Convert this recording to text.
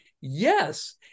yes